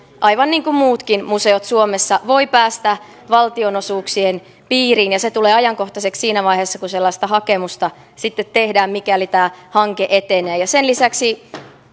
aivan niin kuin muutkin museot suomessa voivat päästä valtionosuuksien piiriin ja se tulee ajankohtaiseksi siinä vaiheessa kun sellaista hakemusta sitten tehdään mikäli tämä hanke etenee ja sen lisäksi